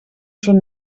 son